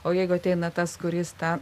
o jeigu ateina tas kuris tą